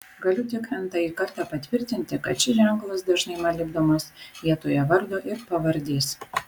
galiu tik n tąjį kartą patvirtinti kad šis ženklas dažnai man lipdomas vietoje vardo ir pavardės